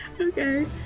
Okay